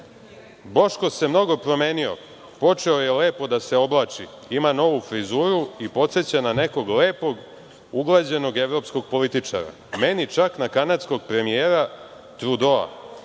Boško se mnogo promenio. Počeo je lepo da se oblači, ima novu frizuru i podseća na nekog lepog, uglađenog, evropskog političara, meni čak na kanadskog premijera Trudoa.